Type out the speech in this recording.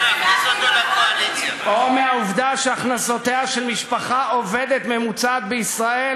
או מהעובדה שהכנסותיה של משפחה עובדת ממוצעת בישראל